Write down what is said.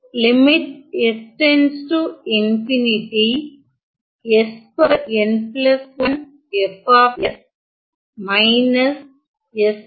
2